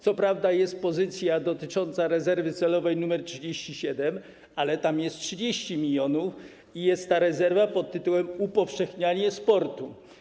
Co prawda jest pozycja dotycząca rezerwy celowej nr 37, ale tam jest 30 mln, i jest ta rezerwa pt.: upowszechnianie sportu.